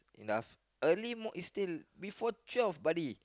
enough early mode is still before twelve buddy